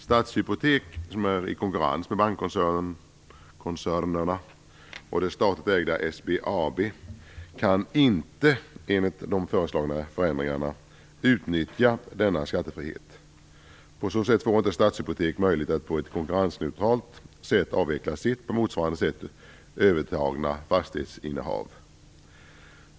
Stadshypotek, som är i konkurrens med bankkoncernerna, och det statligt ägda SBAB kan inte enligt de föreslagna förändringarna utnyttja denna skattefrihet. På så sätt får inte Stadshypotek möjlighet att på ett konkurrensneutralt sätt avveckla sitt på motsvarande sätt övertagna fastighetsinnehav.